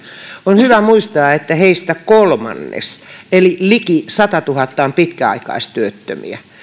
on hyvä muistaa että heistä kolmannes eli liki satatuhatta on pitkäaikaistyöttömiä